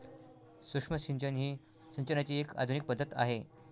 सूक्ष्म सिंचन ही सिंचनाची एक आधुनिक पद्धत आहे